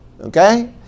Okay